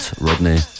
Rodney